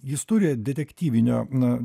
jis turi detektyvinio na